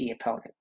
opponent